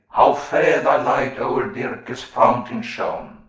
how fair thy light o'er dirce's fountain shone,